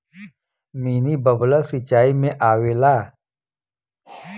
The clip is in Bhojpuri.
मिनी बबलर सिचाई में आवेला